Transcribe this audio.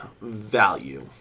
value